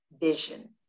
vision